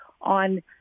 on